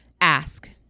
ask